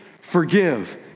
forgive